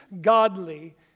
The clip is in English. godly